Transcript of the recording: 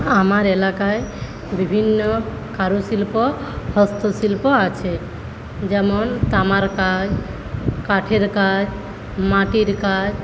আমার এলাকায় বিভিন্ন কারুশিল্প হস্তশিল্প আছে যেমন তামার কাজ কাঠের কাজ মাটির কাজ